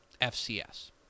FCS